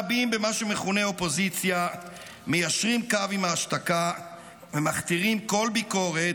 רבים במה שמכונה אופוזיציה מיישרים קו עם ההשתקה ומכתירים כל ביקורת,